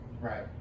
Right